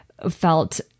felt